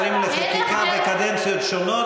כחבר בוועדת שרים לחקיקה בקדנציות שונות